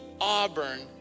Auburn